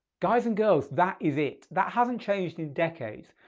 guys and girls, that is it. that hasn't changed in decades.